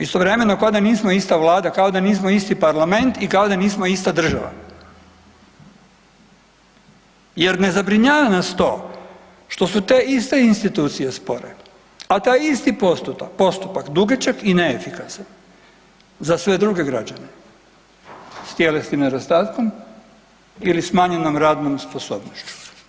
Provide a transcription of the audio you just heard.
Istovremeno, ko da nismo ista Vlada, kao da nismo isti Parlament i kao da nismo ista država jer ne zabrinjava nas to što su te iste institucije spore, a taj isti postupak dugačak i neefikasan za sve druge građane s tjelesnim nedostatkom ili smanjenom radnom sposobnošću.